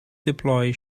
deploy